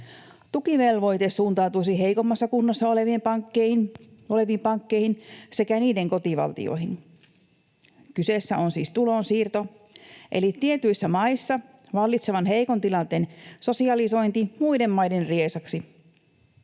Tukivelvoite suuntautuisi heikommassa kunnossa oleviin pankkeihin sekä niiden kotivaltioihin. Kyseessä on siis tulonsiirto eli tietyissä maissa vallitsevan heikon tilanteen sosialisointi muiden maiden riesaksi.